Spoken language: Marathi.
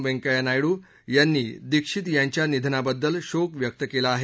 वैंकय्या नायडू दीक्षित यांच्या निधनाबद्दल शोक व्यक्त केला आहे